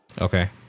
okay